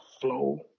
flow